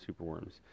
superworms